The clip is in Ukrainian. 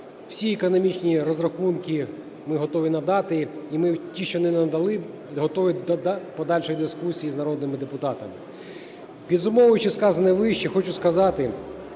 Всі економічні розрахунки ми готові надати, ті, що не надали, і готові до подальшої дискусії з народними депутатами. Підсумовуючи сказане вище, хочу сказати,